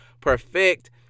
perfect